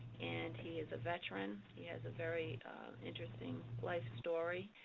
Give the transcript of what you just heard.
and he is a veteran. he has a very interesting life story.